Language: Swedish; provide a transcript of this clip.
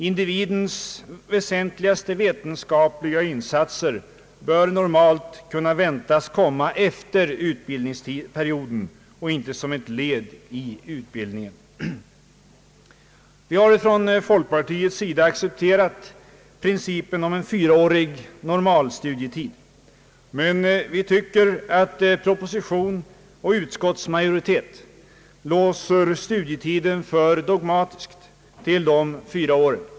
Individens väsentligaste vetenskapliga insatser bör normalt kunna väntas komma efter utbildningsperioden och inte som ett led i utbildningen». Vi har från folkpartiets sida accepterat principen om en fyraårig normalstudietid, men vi tycker att propositionens och utskottsmajoritetens förslag låser studietiden alltför dogmatiskt till de fyra åren.